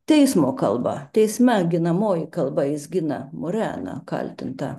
teismo kalbą teisme ginamoji kalba jis gina mureną kaltintą